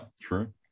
true